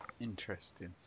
Interesting